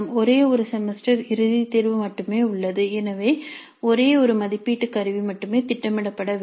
ஒரே ஒரு செமஸ்டர் இறுதித் தேர்வு மட்டுமே உள்ளது எனவே ஒரே ஒரு மதிப்பீட்டு கருவி மட்டுமே திட்டமிடப்பட வேண்டும்